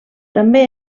també